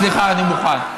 סליחה, אני מוכן.